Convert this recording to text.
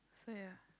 so ya